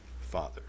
Father